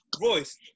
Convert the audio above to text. voice